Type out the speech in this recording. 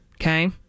Okay